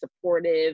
supportive